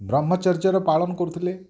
ବ୍ରହ୍ମଚର୍ଯ୍ୟର ପାଳନ କରୁଥିଲେ